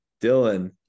dylan